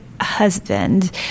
Husband